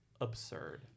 absurd